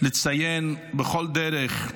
לציין בכל דרך.